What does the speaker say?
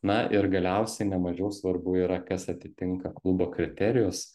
na ir galiausiai nemažiau svarbu yra kas atitinka klubo kriterijus